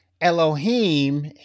Elohim